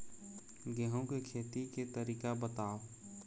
गेहूं के खेती के तरीका बताव?